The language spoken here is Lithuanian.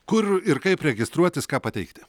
kur ir kaip registruotis ką pateikti